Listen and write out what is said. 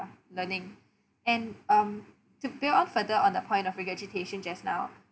are learning and um to build on further on the point of regurgitation just now